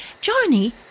Johnny